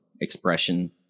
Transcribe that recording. expression